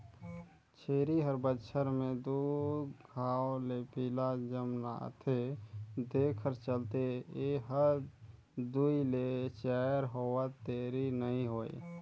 छेरी हर बच्छर में दू घांव ले पिला जनमाथे तेखर चलते ए हर दूइ ले चायर होवत देरी नइ होय